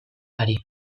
ari